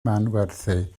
manwerthu